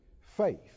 faith